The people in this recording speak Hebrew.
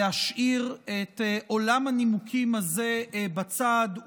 להשאיר את עולם הנימוקים הזה בצד.